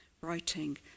Writing